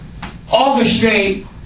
orchestrate